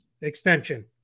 extension